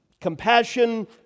compassion